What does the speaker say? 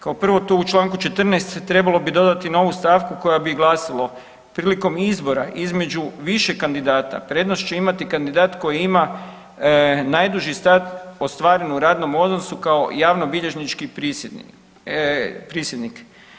Kao prvo tu u čl. 14. trebalo bi dodati novu stavku koja bi glasilo, prilikom izbora između višeg kandidata prednost će imati kandidat koji ima najduži … [[Govornik se ne razumije]] ostvaren u radnom odnosu kao javnobilježnički prisjednik.